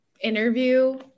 interview